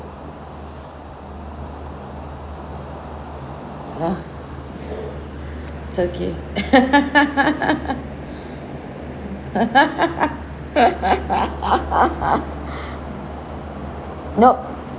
ya it's okay nope